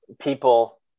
people